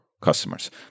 customers